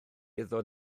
ddod